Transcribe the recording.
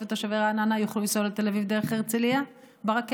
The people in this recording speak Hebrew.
ותושבי רעננה יוכלו לנסוע לתל אביב דרך הרצליה ברכבת?